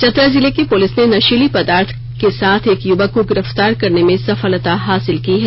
चतरा जिले की पुलिस ने नषीली पदार्थ के साथ एक युवक को गिरफ्तार करने में सफलता हासिल की है